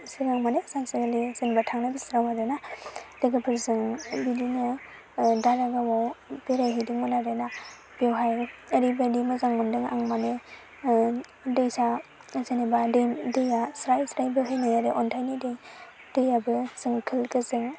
सिगां मानि सानसेखालि थांनाय बोसोराव आरोना लोगोफोरजों बिदिनो दारागावआव बेरायहैदोंमोन आरो ना बेवहाय ओरैबायदि मोजां मोनदों आं मानि दैसा जेनबा दै दैया स्राइ स्राइबोहैनाय आरो अन्थाइनि दै दैयाबो जोंखोल गोजों